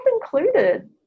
included